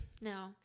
No